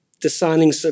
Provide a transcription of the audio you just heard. designing